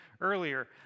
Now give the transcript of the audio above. earlier